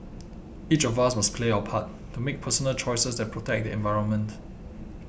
each of us must play our part to make personal choices that protect the environment